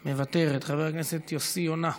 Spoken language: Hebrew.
מוותרת, חבר הכנסת יוסי יונה,